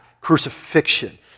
crucifixion